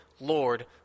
Lord